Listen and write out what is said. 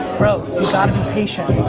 bro, you've gotta be patient.